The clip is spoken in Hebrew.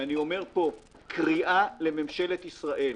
קריאה לממשלת ישראל: